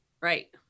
Right